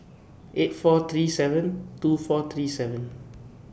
eight four three seven two four three seven